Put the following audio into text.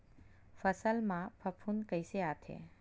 फसल मा फफूंद कइसे आथे?